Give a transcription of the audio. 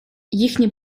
їхні